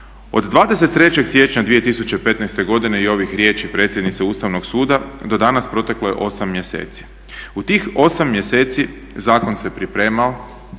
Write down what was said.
Od 23. siječnja 2015. godine i ovih riječi predsjednice Ustavnog suda do danas proteklo je 8 mjeseci. U tih 8 mjeseci zakon se pripremao,